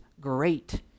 great